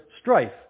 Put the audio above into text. strife